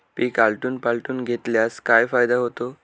पीक आलटून पालटून घेतल्यास काय फायदा होतो?